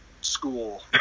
school